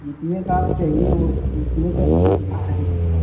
जितने का आप चाहिए वह उतने का दिखा देंगे